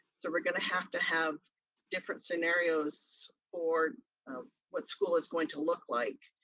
so we're gonna have to have different scenarios for what school is going to look like,